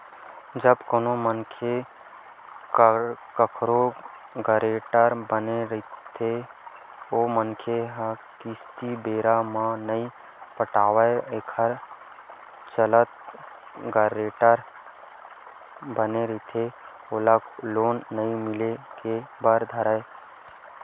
जब कोनो मनखे कखरो गारेंटर बने रहिथे ओ मनखे ह किस्ती बेरा म नइ पटावय एखर चलत गारेंटर बने रहिथे ओला लोन नइ मिले बर धरय